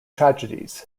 tragedies